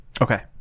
Okay